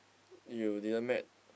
you didn't met